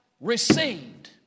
received